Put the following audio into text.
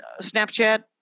Snapchat